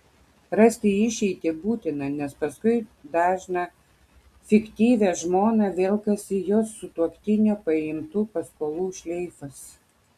rasti išeitį būtina nes paskui dažną fiktyvią žmoną velkasi jos sutuoktinio paimtų paskolų šleifas